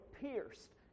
pierced